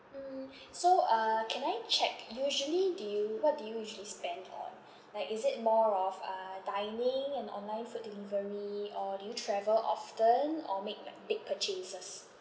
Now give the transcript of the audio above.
mm so uh can I check usually do you what do you usually spend on like is it more of uh dining and online food delivery or do you travel often or make like big purchases